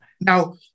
Now